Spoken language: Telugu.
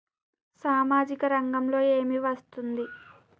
సామాజిక రంగంలో ఏమి వస్తుంది?